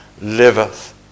liveth